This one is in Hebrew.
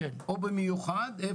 פה במיוחד?